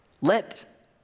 Let